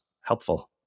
helpful